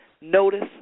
Notice